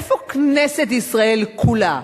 איפה "כנסת ישראל כולה"?